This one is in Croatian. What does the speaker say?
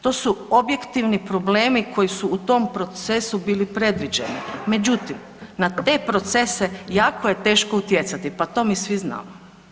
To su objektivni problemi koji su u tom procesu bili predviđeni međutim, na te procese jako je teško utjecati, pa to mi svi znamo.